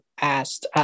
asked